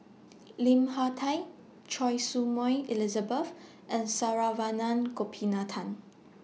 Lim Hak Tai Choy Su Moi Elizabeth and Saravanan Gopinathan